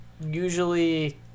Usually